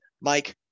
Mike